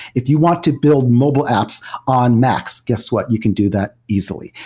if you want to build mobile apps on macs, guess what? you can do that easily.